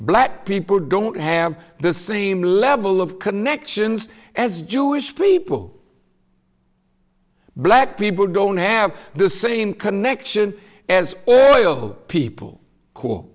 black people don't have the same level of connections as jewish people black people don't have the same connection as people c